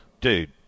Dude